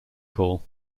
call